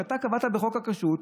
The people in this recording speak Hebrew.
שאתה קבעת בחוק הכשרות,